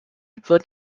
wird